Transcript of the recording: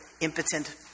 impotent